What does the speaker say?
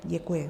Děkuji.